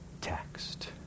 text